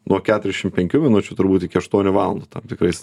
nuo keturiasdešim penkių minučių turbūt iki aštuonių valandų tam tikrais